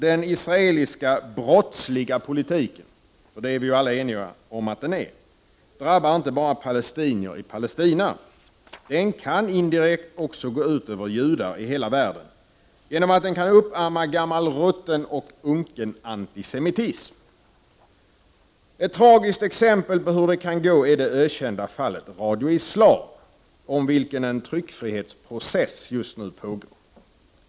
Den israeliska brottsliga politiken — det är vi ju alla ense om att den är — drabbar inte bara palestinier i Palestina. Den kan indirekt också gå ut över judar i hela världen genom att den kan uppamma gammal rutten och unken antisemitism. Ett tragiskt exempel på hur det kan gå är det ökända fallet med Radio Islam, om vilken en tryckfrihetsprocess just nu pågår.